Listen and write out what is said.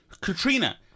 Katrina